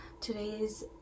Today's